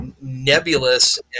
nebulous